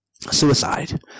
suicide